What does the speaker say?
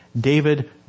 David